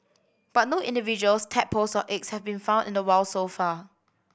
but no individuals tadpoles or eggs have been found in the wild so far